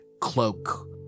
cloak